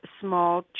small